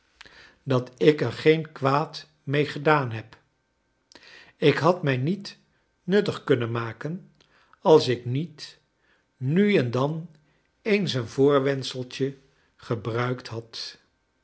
dat ik er geen kwaad mee gedaan heb ik had mij niet nuttig kunnen maken als ik niet nu en dan eens een voorwendseltje gebruikt had